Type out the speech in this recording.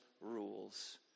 rules